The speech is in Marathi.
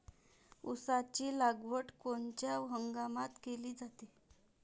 ऊसाची लागवड कोनच्या हंगामात केली जाते?